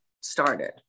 started